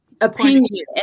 opinion